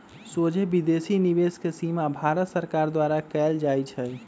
सोझे विदेशी निवेश के सीमा भारत सरकार द्वारा कएल जाइ छइ